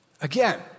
Again